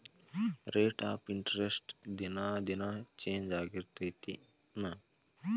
rate of interest ದಿನಾ ದಿನಾ change ಆಗ್ತಿರತ್ತೆನ್